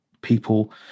people